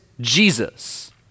Jesus